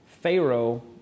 Pharaoh